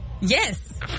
Yes